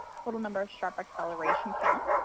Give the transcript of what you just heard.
total number of sharp acceleration counts.